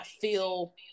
feel